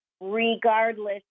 Regardless